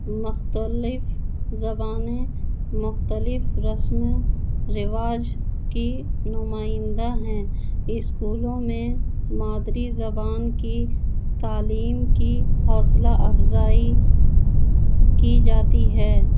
مختلف زبانیں مختلف رسم و رواج کی نمائندہ ہیں اسکولوں میں مادری زبان کی تعلیم کی حوصلہ افزائی کی جاتی ہے